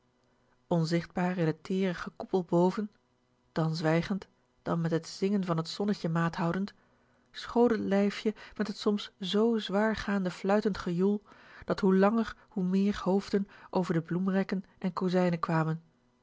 onzichtbaar in t teere gekoepel boven dan zwijgend dan met t zingen van t zonnetje maat houdend school t lijfje met t soms z zwaar gaande fluitend gejoel dat hoe langer hoe meer hoofden over de bloemrekken en kozijnen kwamen